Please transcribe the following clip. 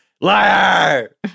liar